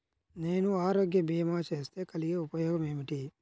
నేను ఆరోగ్య భీమా చేస్తే కలిగే ఉపయోగమేమిటీ?